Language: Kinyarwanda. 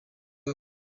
kure